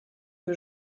que